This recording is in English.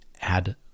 add